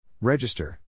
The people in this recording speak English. Register